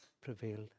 prevail